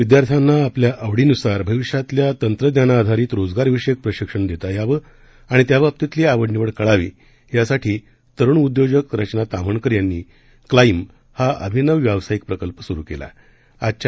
विद्यार्थ्यांना आपल्या आवडीनुसार भविष्यातल्या तंत्रज्ञानाधारित रोजगार विषयक प्रशिक्षण देता यावं आणि त्याबतीतली आवडनिवड कळावी यासाठी तरुण उद्योजिका रचना ताम्हणकर यांनी क्लाईब हा अभिनव व्यावसायिक प्रकल्प सुरु केलाआजच्या